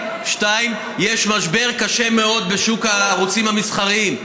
2. יש משבר קשה מאוד בשוק הערוצים המסחריים.